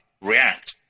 react